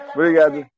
Obrigado